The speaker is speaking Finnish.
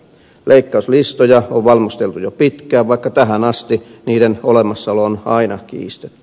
leikkauslistoja on valmisteltu jo pitkään vaikka tähän asti niiden olemassaolo on aina kiistetty